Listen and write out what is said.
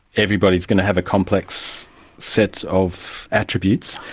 everybody is going to have a complex set of attributes,